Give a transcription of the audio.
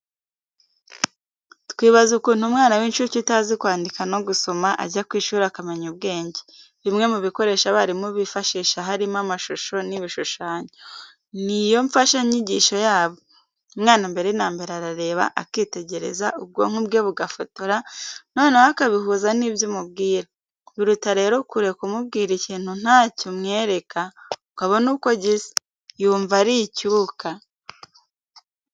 Twibaza ukuntu umwana w'incuke utazi kwandika no gusoma ajya ku ishuri akamenya ubwenge. Bimwe mu bikoresho abarimu bifashisha harimo amashusho n'ibishushanyo. Ni yo mfashanyigisho yabo. Umwana mbere na mbere arareba akitegereza, ubwonko bwe bugafotora, noneho akabihuza n'ibyo umubwira. Biruta rero kure kumubwira ikintu nta cyo umwereka ngo abone uko gisa, yumva ari icyuka.